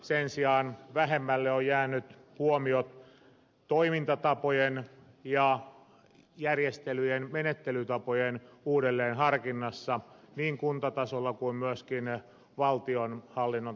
sen sijaan vähemmälle ovat jääneet huomiot toimintatapojen ja järjestelyjen menettelytapojen uudelleenharkinnassa niin kuntatasolla kuin myöskin valtionhallinnon tasolla